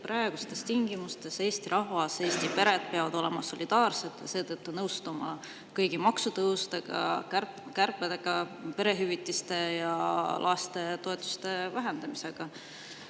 praegustes tingimustes Eesti rahvas, Eesti pered peavad olema solidaarsed ja nõustuma kõigi maksutõusudega, kärbetega, perehüvitiste ja lastetoetuste vähendamisega?